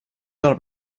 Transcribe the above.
del